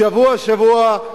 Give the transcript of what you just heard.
שבוע-שבוע,